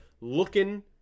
looking